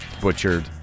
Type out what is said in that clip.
butchered